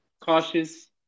cautious